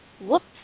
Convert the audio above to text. Whoops